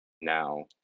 Now